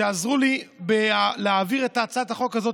שעזרו לי להעביר את הצעת החוק הזאת,